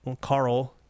carl